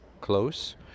close